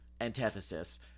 antithesis